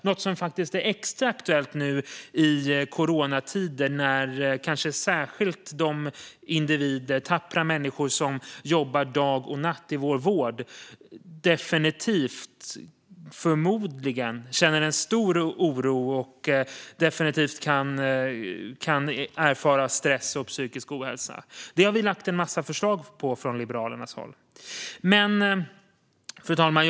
Detta är något som är extra aktuellt nu i coronatider när kanske särskilt de individer - de tappra människor - som jobbar dag och natt i vår vård förmodligen känner stor oro och definitivt kan erfara stress och psykisk ohälsa. Detta har vi i Liberalerna lagt fram en massa förslag om. Fru talman!